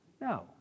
No